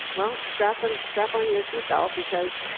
well, strap and strap on your seat belt, because.